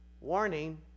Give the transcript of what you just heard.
warning